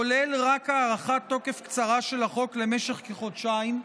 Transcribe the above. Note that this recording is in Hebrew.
כולל רק הארכת תוקף קצרה של החוק למשך כחודשיים,